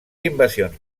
invasions